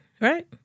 right